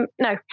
no